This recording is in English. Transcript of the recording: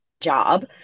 job